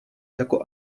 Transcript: jako